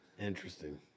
Interesting